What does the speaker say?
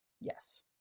Yes